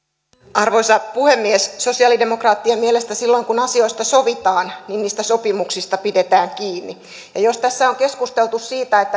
arvoisa puhemies sosialidemokraattien mielestä silloin kun asiasta sovitaan niistä sopimuksista pidetään kiinni ja jos tässä on keskusteltu siitä